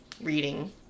reading